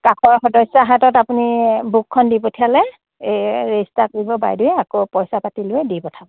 কাষৰ সদস্যা হাতত আপুনি বুকখন দি পঠিয়ালে এই ৰেজিষ্টাৰ কৰিব বাইদেৱে আকৌ পইচা পাতি লৈ দি পঠাব